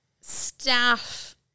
staff